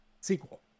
sequel